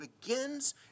begins